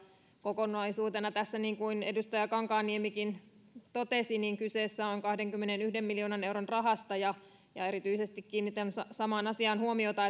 kokonaisuutena niin kuin edustaja kankaanniemikin totesi tässä on kyse kahdenkymmenenyhden miljoonan euron rahasta ja ja erityisesti kiinnitän samaan asiaan huomiota